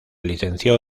licenció